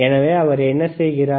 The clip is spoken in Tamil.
எனவே அவர் என்ன செய்கிறார்